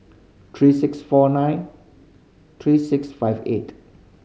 three six four nine three six five eight